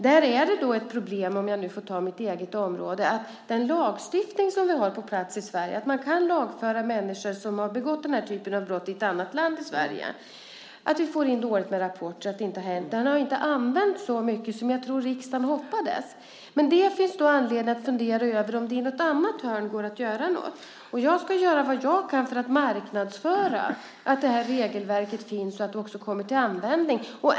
Här är ett problem, om jag nu får ta mitt eget område, att vi trots den lagstiftning vi har på plats - att vi kan lagföra människor i Sverige som har begått denna typ av brott i ett annat land - får in dåligt med rapporter. Den har inte använts så mycket som jag tror att riksdagen hoppades. Här finns det anledning att fundera över om det i något annat hörn går att göra något. Jag ska göra vad jag kan för att marknadsföra att detta regelverk finns så att det också kommer till användning.